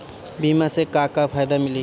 बीमा से का का फायदा मिली?